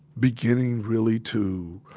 beginning really to